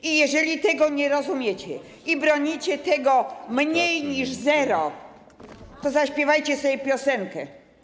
I jeżeli tego nie rozumiecie i bronicie tego „mniej niż zero”, to zaśpiewajcie sobie piosenkę.